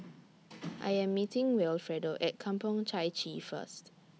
I Am meeting Wilfredo At Kampong Chai Chee First